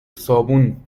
صابون